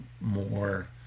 more